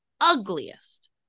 ugliest